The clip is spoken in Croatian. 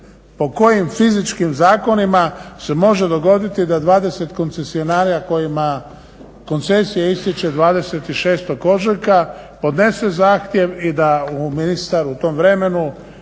po kojim fizičkim zakonima se može dogoditi da 20 koncesionara kojima koncesija istječe 26. ožujka podnese zahtjev i da ministar u tom vremenu